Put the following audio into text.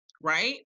right